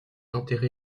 enterré